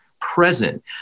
present